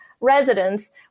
residents